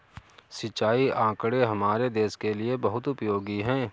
सिंचाई आंकड़े हमारे देश के लिए बहुत उपयोगी है